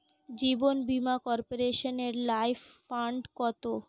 জীবন বীমা কর্পোরেশনের life fund কত?